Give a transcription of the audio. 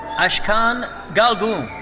ashkan golgoon.